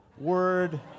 word